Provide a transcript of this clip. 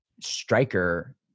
striker